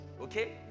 okay